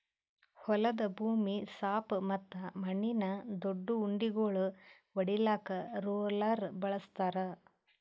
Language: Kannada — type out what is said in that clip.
ಹೊಲದ ಭೂಮಿ ಸಾಪ್ ಮತ್ತ ಮಣ್ಣಿನ ದೊಡ್ಡು ಉಂಡಿಗೋಳು ಒಡಿಲಾಕ್ ರೋಲರ್ ಬಳಸ್ತಾರ್